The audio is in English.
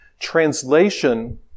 Translation